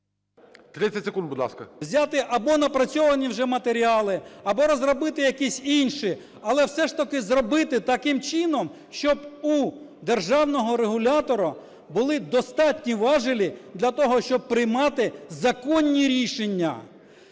30 секунд, будь ласка. ШВЕРК Г.А. …взяти або напрацьовані вже матеріали, або розробити якісь інші, але все ж таки зробити таким чином, щоб у державного регулятора були достатні важелі для того, щоб приймати законні рішення.